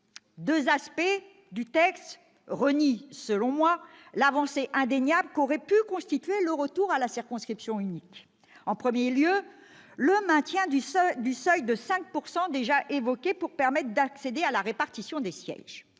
deux aspects du texte annulent, selon moi, l'avancée indéniable qu'aurait pu constituer le retour à la circonscription unique. En premier lieu, le maintien du seuil de 5 % pour accéder à la répartition des sièges.